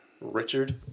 Richard